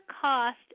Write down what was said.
cost